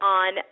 on